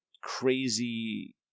crazy